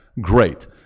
Great